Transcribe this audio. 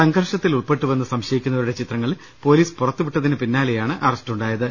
സംഘർഷത്തിൽ ഉൾപ്പെട്ടുവെന്ന് സംശ യിക്കുന്നവരുടെ ചിത്രങ്ങൾ പൊലീസ് പുറത്തുവിട്ടതിനു പിന്നാലെയാണ് അറസ്റ്റ് ഉണ്ടായത്